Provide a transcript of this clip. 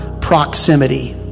proximity